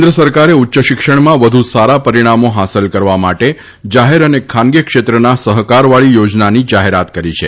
કેન્દ્ર સરકારે ઉચ્ચ શિક્ષણમાં વધુ સારા પરિણામો હાંસલ કરવા માટે જાહેર અને ખાનગી ક્ષેત્રના સહકારવાળી યોજનાની જાહેરાત કરી છે